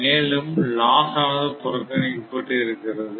மேலும் லாஸ் ஆனது புறக்கணிக்கப்பட்டு இருக்கிறது